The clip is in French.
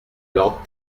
lord